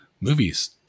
movies